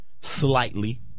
slightly